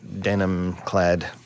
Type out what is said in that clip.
denim-clad